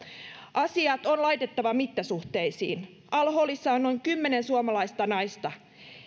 asiat on laitettava mittasuhteisiin al holissa on noin kymmenen suomalaista naista